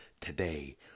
today